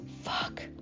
Fuck